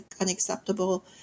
unacceptable